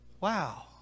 Wow